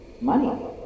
money